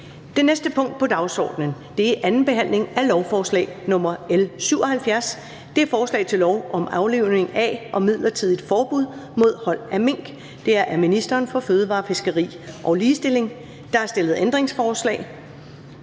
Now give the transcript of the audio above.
Det næste punkt på dagsordenen er: 12) 2. behandling af lovforslag nr. L 77: Forslag til lov om aflivning af og midlertidigt forbud mod hold af mink. Af ministeren for fødevarer, fiskeri og ligestilling (Mogens Jensen).